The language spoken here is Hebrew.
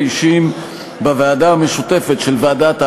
אישים בוועדה המשותפת של ועדת העלייה,